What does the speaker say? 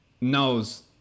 knows